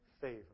favor